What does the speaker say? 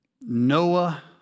Noah